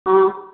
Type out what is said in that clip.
ꯑꯣꯍ